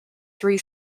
three